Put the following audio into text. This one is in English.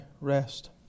rest